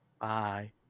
bye